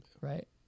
Right